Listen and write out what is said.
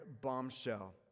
bombshell